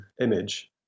image